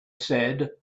said